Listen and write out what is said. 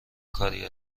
کاری